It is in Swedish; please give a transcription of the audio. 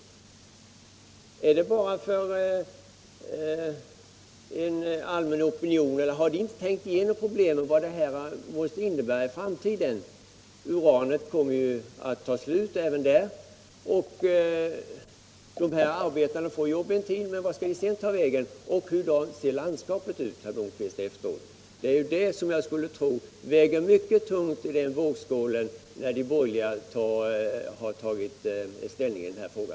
Böjer de sig bara för en tillfällig opinion utan att ha tänkt igenom vad detta innebär i framtiden? Uranet kommer att ta slut en gång. Vad skall de arbetare som haft jobb en tid där sedan ta vägen? Och hurudant kommer landskapet då att se ut, herr Blomkvist? Jag skulle tro att detta väger mycket tungt i vågskålen när de borgerliga tar ställning i denna fråga.